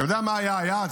אתה יודע מה היה היעד?